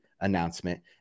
announcement